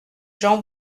jean